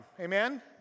amen